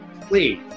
Please